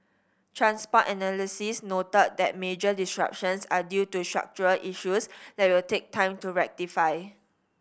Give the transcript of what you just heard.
transport noted that major disruptions are due to structural issues that will take time to rectify